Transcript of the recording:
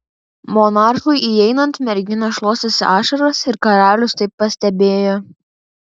monarchui įeinant mergina šluostėsi ašaras ir karalius tai pastebėjo